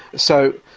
so,